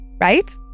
Right